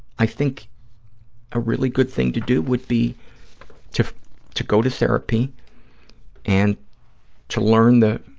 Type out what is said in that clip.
i think a really good thing to do would be to to go to therapy and to learn the